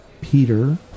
Peter